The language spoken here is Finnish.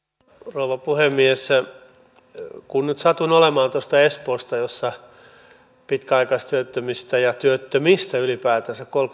rouva puhemies kun nyt satun olemaan tuosta espoosta jossa pitkäaikaistyöttömistä ja työttömistä ylipäätänsä